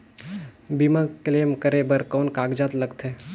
बीमा क्लेम करे बर कौन कागजात लगथे?